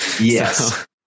Yes